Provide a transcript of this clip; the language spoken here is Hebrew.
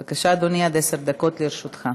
בבקשה, אדוני, עד עשר דקות לרשותך.